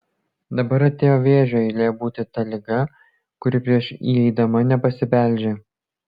dabar atėjo vėžio eilė būti ta liga kuri prieš įeidama nepasibeldžia